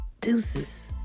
deuces